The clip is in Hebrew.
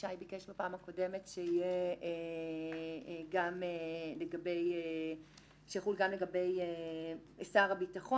ישי ביקש בפעם הקודמת שזה יחול גם לגבי שר הביטחון